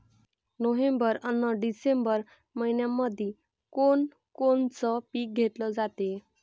November अन December मइन्यामंधी कोण कोनचं पीक घेतलं जाते?